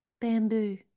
Bamboo